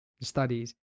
studies